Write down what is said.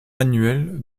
annuel